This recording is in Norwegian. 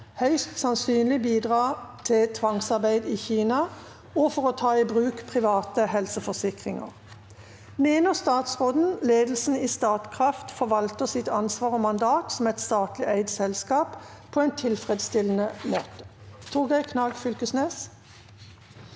høyst sannsynlig bidra til tvangsarbeid i Kina og for å ta i bruk private helseforsikringer. Mener statsråden ledelsen i Statkraft forvalter sitt ansvar og mandat som et statlig eid selskap på en til- fredsstillende måte?»